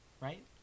right